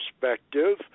perspective